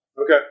Okay